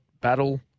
Battle